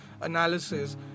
analysis